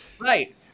Right